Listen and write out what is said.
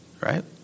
right